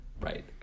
Right